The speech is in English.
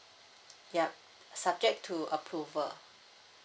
yup subject to approval